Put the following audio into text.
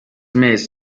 mees